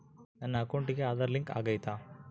ನನ್ನ ಅಕೌಂಟಿಗೆ ಆಧಾರ್ ಲಿಂಕ್ ಆಗೈತಾ?